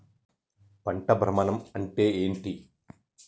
పంట భ్రమణం అంటే ఏంటి?